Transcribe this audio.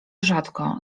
rzadko